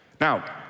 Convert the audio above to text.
Now